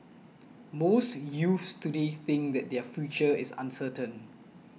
most youths today think that their future is uncertain